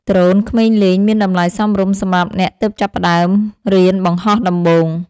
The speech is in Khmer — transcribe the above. ដ្រូនក្មេងលេង មានតម្លៃសមរម្យសម្រាប់អ្នកទើបចាប់ផ្ដើមរៀនបង្ហោះដំបូង។